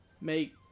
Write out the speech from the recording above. make